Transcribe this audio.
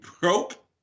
broke